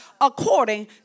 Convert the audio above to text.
according